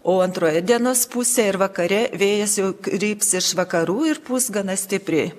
o antroje dienos pusėje ir vakare vėjas jau kryps iš vakarų ir pūs gana stipriai